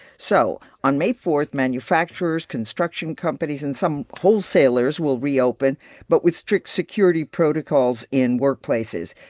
so on may four, manufacturers, construction companies and some wholesalers will reopen but with strict security protocols in workplaces.